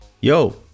yo